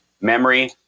memory